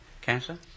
Cancer